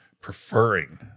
preferring